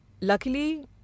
luckily